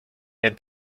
and